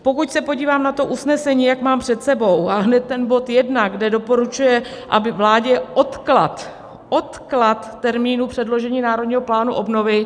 Pokud se podívám na to usnesení, jak mám před sebou, a hned ten bod jedna, kde doporučuje vládě odklad odklad termínu předložení Národního plánu obnovy.